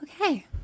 okay